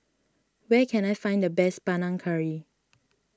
where can I find the best Panang Curry